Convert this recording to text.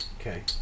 Okay